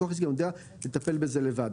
לקוח עסקי יודע לטפל בזה לבד.